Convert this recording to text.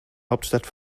hauptstadt